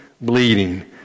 bleeding